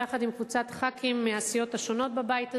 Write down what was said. יחד עם קבוצת חברי כנסת מהסיעות השונות בבית הזה,